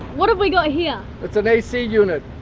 what have we got here? that's an ac unit,